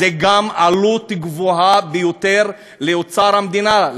אז זאת גם עלות גבוהה ביותר לאוצר המדינה,